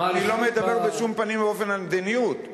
אני לא מדבר בשום פנים ואופן על מדיניות.